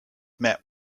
met